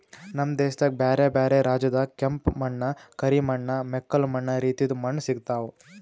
ನಮ್ ದೇಶದಾಗ್ ಬ್ಯಾರೆ ಬ್ಯಾರೆ ರಾಜ್ಯದಾಗ್ ಕೆಂಪ ಮಣ್ಣ, ಕರಿ ಮಣ್ಣ, ಮೆಕ್ಕಲು ಮಣ್ಣ ರೀತಿದು ಮಣ್ಣ ಸಿಗತಾವ್